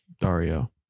Dario